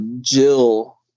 Jill